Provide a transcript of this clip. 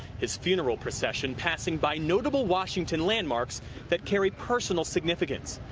his funeral procession passing by notable washington landmarks that carry personal significance,